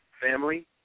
family